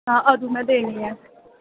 हां अदूं में देनी ऐ